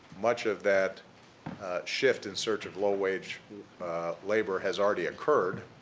much of that shift in search of low wage labor has already occurred,